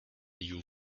you